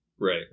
Right